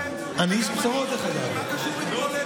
אני איש בשורות, דרך אגב.